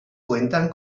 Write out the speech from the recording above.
cuentan